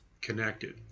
connected